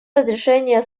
разрешения